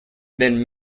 been